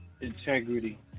integrity